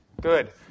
Good